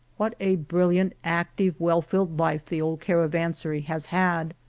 what a brilliant, active, well-filled life the old caravansary has had!